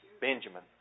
Benjamin